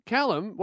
Callum